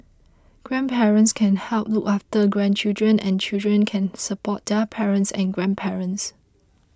grandparents can help look after grandchildren and children can support their parents and grandparents